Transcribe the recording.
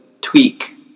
tweak